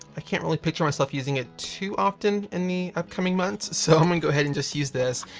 i can't really picture myself using it too often in the upcoming months, so i'm gonna go ahead and just use this.